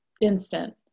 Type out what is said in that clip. instant